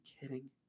kidding